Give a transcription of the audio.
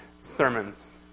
sermons